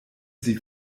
sie